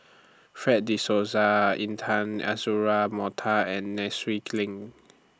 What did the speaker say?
Fred De Souza Intan Azura Mokhtar and Nai Swee Leng